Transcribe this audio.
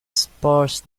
sparse